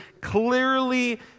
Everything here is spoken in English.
clearly